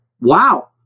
Wow